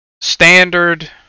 standard